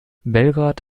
belgrad